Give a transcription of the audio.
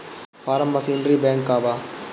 Form machinery bank का बा?